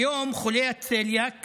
כיום חולי הצליאק